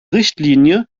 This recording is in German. richtlinie